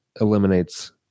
eliminates